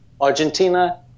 Argentina